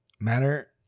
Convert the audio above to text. Matter